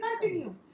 continue